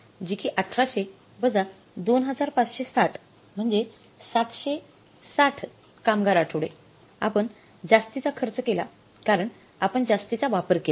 जी कि १८०० वजा २५६० म्हणजे ७६० कामगार आठवडे आपण जास्तीचा खर्च केला कारण आपण जास्तीचा वापर केला